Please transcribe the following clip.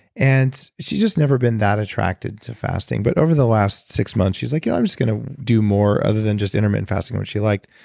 and she's just never been that attracted to fasting. but over the last six months she's like, you know i'm just going to do more other than just intermittent fasting, which she liked.